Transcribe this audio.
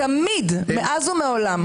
אני הייתי אתמול בהפגנה